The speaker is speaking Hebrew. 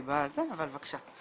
בבקשה.